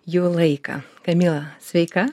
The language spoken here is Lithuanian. jo laiką kamila sveika